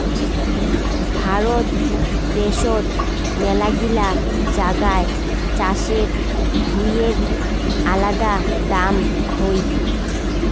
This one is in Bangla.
ভারত দ্যাশোত মেলাগিলা জাগায় চাষের ভুঁইয়ের আলাদা দাম হই